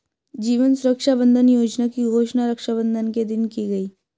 जीवन सुरक्षा बंधन योजना की घोषणा रक्षाबंधन के दिन की गई